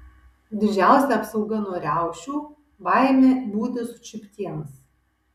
didžiausia apsauga nuo riaušių baimė būti sučiuptiems